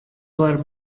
were